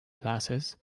glasses